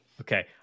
Okay